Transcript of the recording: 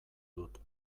dut